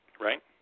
right